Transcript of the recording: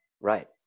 Right